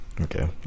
Okay